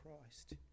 Christ